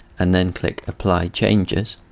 and then click apply changes.